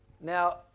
Now